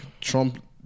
Trump